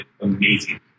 amazing